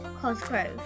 Cosgrove